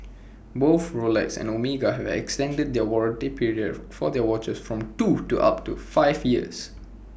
both Rolex and Omega have extended the warranty period for their watches from two to up to five years